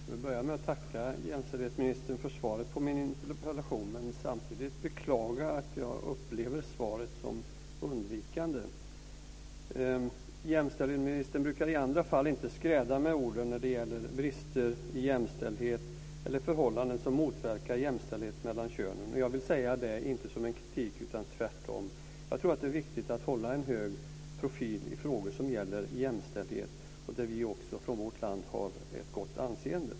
Herr talman! Jag vill börja med att tacka jämställdhetsministern för svaret på min interpellation men får samtidigt beklaga att jag upplever svaret som undvikande. Jämställdhetsministern brukar i andra sammanhang inte skräda orden när det gäller brister i jämställdhet eller förhållanden som motverkar jämställdhet mellan könen. Det säger jag inte som en kritik, tvärtom. Jag tror att det är viktigt att hålla en hög profil i frågor som gäller jämställdhet och där vi också från vårt land har ett gott anseende.